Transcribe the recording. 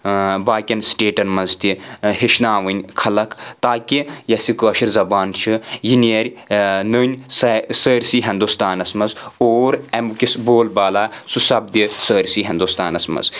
باقٕیَن سٕٹَیٹَن منٛز تہِ ہیٚچھناوٕنۍ خَلَق تاکہِ یُس یہِ کٲشِر زبان چھِ یہِ نَیٚرِ نٔنۍ سٲرسٕے ہِنٛدوستَانَس منٛز اور اَمِیُک بول بالا سُہ سَپدِ سٲرسٕے ہِنٛدوستَانَس منٛز